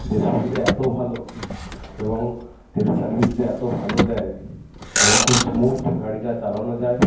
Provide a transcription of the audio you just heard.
যে সুবিধা এতো ভালো এবং তেল সার্ভিস যে এতো ভালো দেয় এবং খুব স্মুদ গাড়িটা চালানো যায়